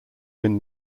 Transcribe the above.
win